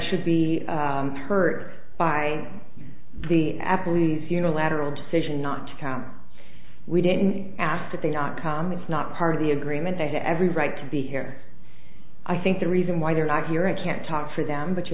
should be hurt by the appleby's unilateral decision not to come we didn't ask that they not come it's not part of the agreement they have every right to be here i think the reason why their act here i can't talk for them but you